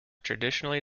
traditionally